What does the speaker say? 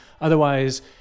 Otherwise